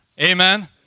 Amen